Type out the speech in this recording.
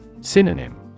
Synonym